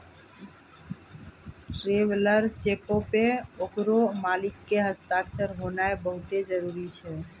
traveller चेको पे ओकरो मालिक के हस्ताक्षर होनाय बहुते जरुरी छै